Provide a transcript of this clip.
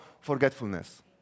forgetfulness